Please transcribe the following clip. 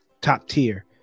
Top-tier